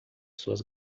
suas